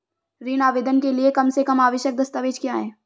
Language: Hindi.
ऋण आवेदन के लिए कम से कम आवश्यक दस्तावेज़ क्या हैं?